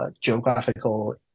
geographical